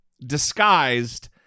disguised